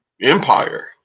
Empire